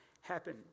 happen